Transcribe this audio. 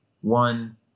one